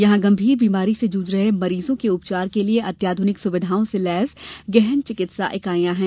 यहां गंभीर बीमारी से जूझ रहे मरीजों के उपचार के लिए अत्याधुनिक सुविधाओं से लैस गहन चिकित्सा इकाइयां हैं